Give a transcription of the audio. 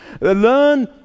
Learn